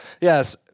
Yes